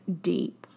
deep